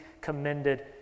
commended